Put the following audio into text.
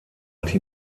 die